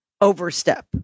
overstep